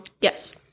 Yes